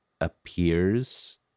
appears